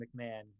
McMahon